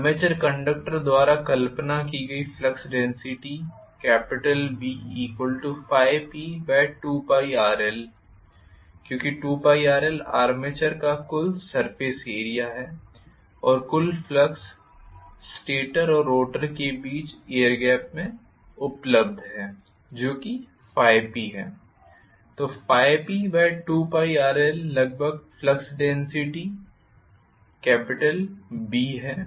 armature conductor द्वारा कल्पना की गयी फ्लक्स डेन्सिटी B∅P2πrl क्योंकि 2πrl आर्मेचर का कुल सर्फेस एरिया है और कुल फ्लक्स स्टेटर और रोटर के बीच एयर गैप में उपलब्ध है जो कि ∅P है तो ∅P2πrl लगभग फ्लक्स डेन्सिटी B है